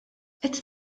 qed